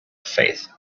faith